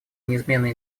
неизменный